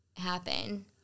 happen